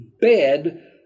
bed